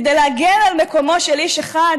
כדי להגן על מקומו של איש אחד?